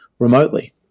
remotely